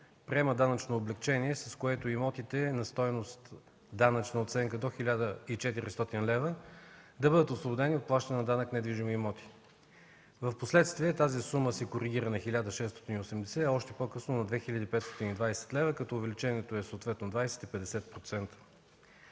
приема данъчно облекчение, с което имотите на стойност – данъчна оценка до 1400 лв., да бъдат освободени от плащане на данък недвижими имоти. Впоследствие тази сума се коригира на 1680 лв., а още по-късно – на 2520 лв., като увеличението е съответно 20 и 50%.